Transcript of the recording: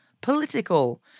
political